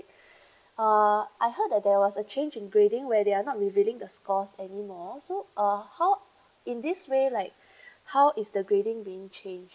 uh I heard that there was a change in grading where they are not revealing the scores anymore so uh how in this way like how is the grading being changed